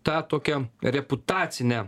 tą tokią reputacinę